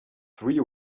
three